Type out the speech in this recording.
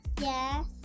Yes